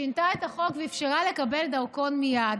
שינתה את החוק ואפשרה לקבל דרכון מייד.